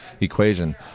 equation